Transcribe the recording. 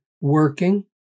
working